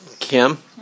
Kim